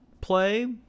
play